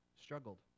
struggled